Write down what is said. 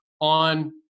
on